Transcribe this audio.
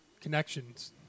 connections